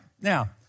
now